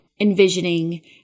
envisioning